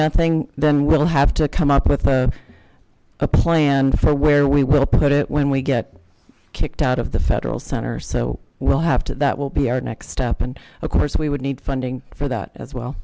nothing then we'll have to come up with a a plan for where we will put it when we get kicked out of the federal centers so we'll have to that will be our next step and of course we would need funding for that as well